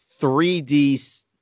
3D